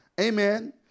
Amen